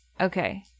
Okay